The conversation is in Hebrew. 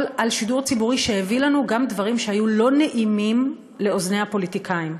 על שידור ציבורי שהביא לנו גם דברים שהיו לא נעימים לאוזני הפוליטיקאים,